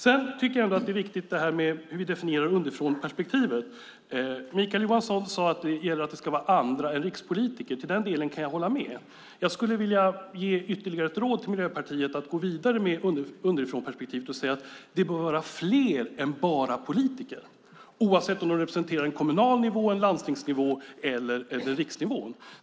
Jag tycker att det är viktigt hur vi definierar underifrånperspektivet. Mikael Johansson sade att det ska vara andra än rikspolitiker. I den delen kan jag hålla med. Jag skulle vilja ge ytterligare ett råd till Miljöpartiet att gå vidare med underifrånperspektivet och säga att det bör vara fler än bara politiker oavsett om de representerar kommunal nivå, landstingsnivå eller riksnivå.